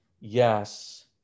Yes